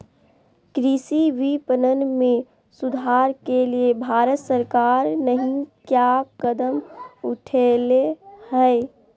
कृषि विपणन में सुधार के लिए भारत सरकार नहीं क्या कदम उठैले हैय?